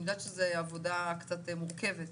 אני יודעת שזאת עבודה קצת מורכבת,